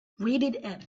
rated